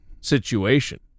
situation